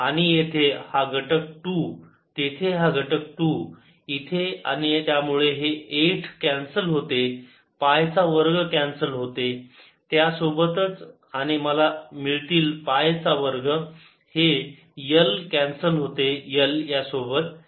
Azza2NIL2×8342L L242z232 2a2NILL242z232 आणि तेथे हा घटक आहे 2 तेथे हा घटक आहे 2 इथे आणि त्यामुळे हे 8 कॅन्सल होते पाय चा वर्ग कॅन्सल होते याच्यासोबत आणि मला मिळतील पायचा वर्ग हे L कॅन्सल होते L यासोबत